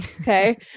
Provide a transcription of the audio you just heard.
Okay